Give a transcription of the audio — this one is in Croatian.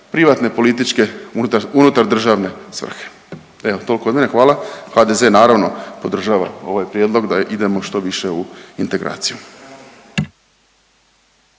privatne političke unutardržavne svrhe. Evo, toliko od mene, hvala, HDZ naravno podržava ovaj prijedlog da idemo što više u integraciju.